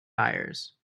buyers